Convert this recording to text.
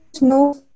no